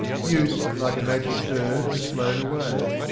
youth, like a magic bird, has flown away.